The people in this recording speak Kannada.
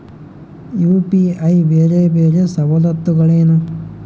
ಯು.ಪಿ.ಐ ಬೇರೆ ಬೇರೆ ಸವಲತ್ತುಗಳೇನು?